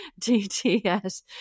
DTS